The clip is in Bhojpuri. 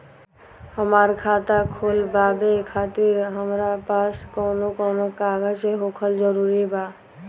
हमार खाता खोलवावे खातिर हमरा पास कऊन कऊन कागज होखल जरूरी बा?